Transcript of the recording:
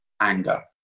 anger